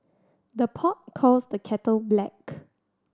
the pot calls the kettle black